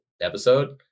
episode